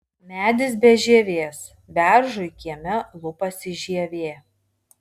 medis be žievės beržui kieme lupasi žievė